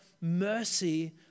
mercy